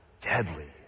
deadly